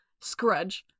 Scrudge